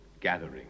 gathering